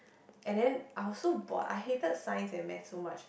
and then I was so bored I hated science and math so much